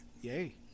yay